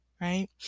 right